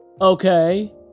Okay